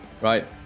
right